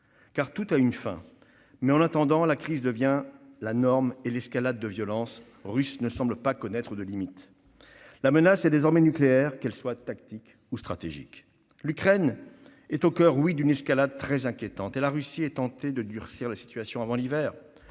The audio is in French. car tout a une fin. En attendant, la crise devient la norme et l'escalade de violence russe ne semble pas connaître de limites. La menace est désormais nucléaire, qu'elle soit tactique ou stratégique. L'Ukraine est au coeur d'une escalade très inquiétante et la Russie est tentée de durcir la situation avant l'hiver,